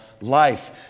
life